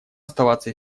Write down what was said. оставаться